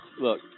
Look